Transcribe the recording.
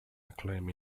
acclaim